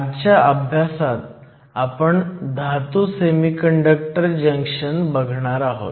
assignment 5 मध्ये आपण p आणि n प्रकारातील जंक्शन फॉर्म पाहणार आहोत